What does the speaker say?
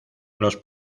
los